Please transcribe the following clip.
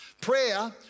Prayer